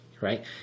right